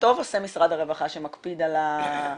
וטוב עושה משרד הרווחה שמקפיד על הרמה,